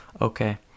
Okay